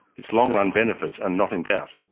it's long-run benefits are not in doubt,